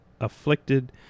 afflicted